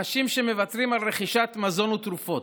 אנשים שמוותרים על רכישת מזון ותרופות.